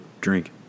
drink